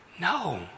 No